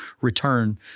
return